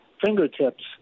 fingertips